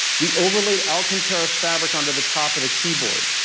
we overlaid alcantara fabric onto the top of the keyboard.